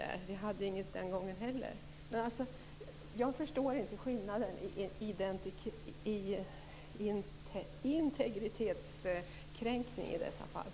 Vi hade inget den gången heller. Jag förstår inte skillnaden i integritetskränkning i dessa fall.